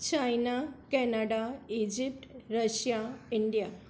China Canada Egypt Russia India